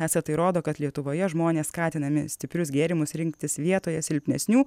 esą tai rodo kad lietuvoje žmonės skatinami stiprius gėrimus rinktis vietoje silpnesnių